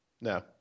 no